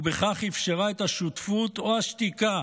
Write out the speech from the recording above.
ובכך אפשרה את השותפות או השתיקה